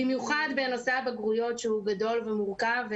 במיוחד בנושא הבגרויות שהוא גדול ומורכב,